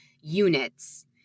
units